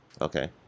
Okay